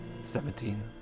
Seventeen